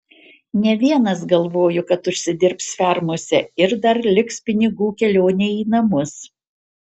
ne vienas galvojo kad užsidirbs fermose ir dar liks pinigų kelionei į namus